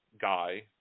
guy